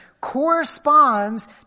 corresponds